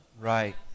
Right